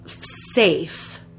safe